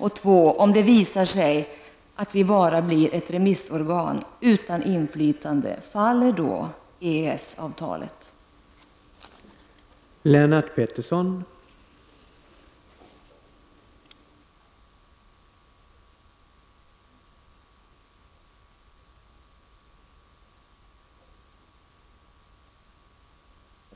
Och för det andra: Om det visar sig att vi bara blir ett remissorgan utan inflytande, faller EES-avtalet